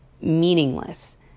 meaningless